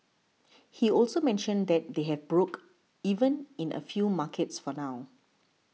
he also mentioned that they've broke even in a few markets for now